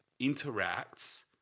interacts